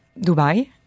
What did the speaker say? Dubai